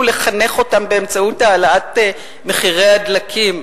לחנך אותם באמצעות העלאת מחירי הדלקים?